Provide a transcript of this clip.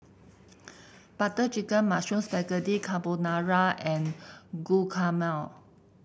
Butter Chicken Mushroom Spaghetti Carbonara and Guacamole